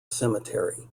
cemetery